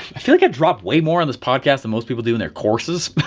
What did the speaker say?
i feel like i dropped way more on this podcast than most people do in their courses.